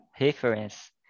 reference